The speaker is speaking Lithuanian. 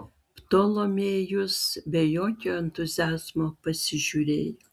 ptolemėjus be jokio entuziazmo pasižiūrėjo